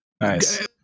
Nice